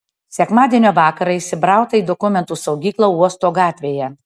sekmadienio vakarą įsibrauta į dokumentų saugyklą uosto gatvėje